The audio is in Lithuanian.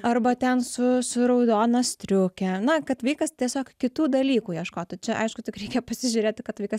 arba ten su su raudona striuke na kad vaikas tiesiog kitų dalykų ieškotų čia aišku tik reikia pasižiūrėti kad vaikas